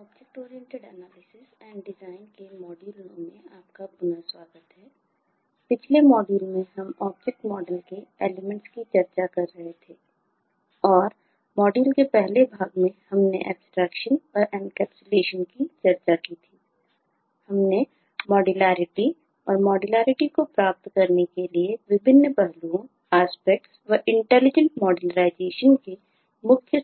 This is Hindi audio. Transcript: object oriented analysis and design के मूल